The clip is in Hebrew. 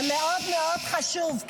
זה מאוד מאוד חשוב,